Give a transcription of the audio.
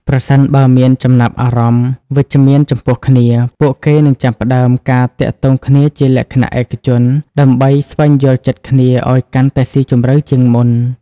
ប្រសិនបើមានចំណាប់អារម្មណ៍វិជ្ជមានចំពោះគ្នា ពួកគេនឹងចាប់ផ្តើមការទាក់ទងគ្នាជាលក្ខណៈឯកជន ដើម្បីស្វែងយល់ចិត្តគ្នាឱ្យកាន់តែស៊ីជម្រៅជាងមុន។